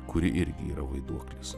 kuri irgi yra vaiduoklis